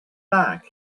back